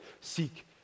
seek